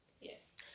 Yes